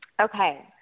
Okay